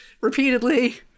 repeatedly